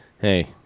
Hey